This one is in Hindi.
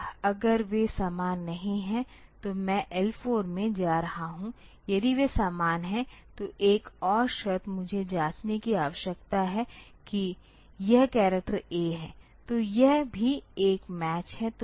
अब अगर वे समान नहीं हैं तो मैं L4 में जा रहा हूं यदि वे समान हैं तो एक और शर्त मुझे जांचने की आवश्यकता है कि यह करैक्टर A है तो यह भी एक मैच है